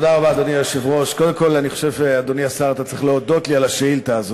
אני יודע, סליחה שאני עוצר אותך.